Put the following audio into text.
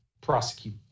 prosecute